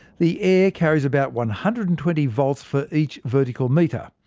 the air carries about one hundred and twenty v for each vertical metre.